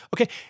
Okay